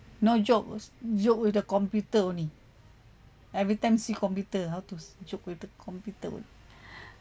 no joke joke with the computer only every time see computer how to joke with the computer